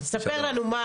ספר לנו.